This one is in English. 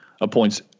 appoints